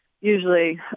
usually